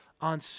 on